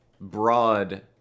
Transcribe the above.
broad